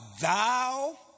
thou